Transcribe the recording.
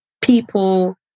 people